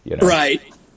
Right